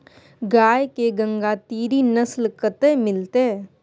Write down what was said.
गाय के गंगातीरी नस्ल कतय मिलतै?